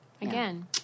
Again